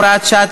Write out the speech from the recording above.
הוראת שעה),